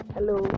Hello